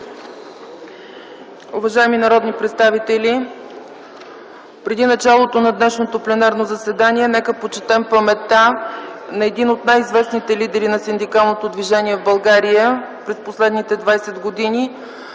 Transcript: Уважаеми народни представители, преди началото на днешното заседание нека почетем паметта на един от най-големите синдикалисти в България през последните 20 години